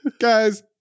guys